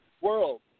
world